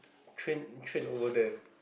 train train over there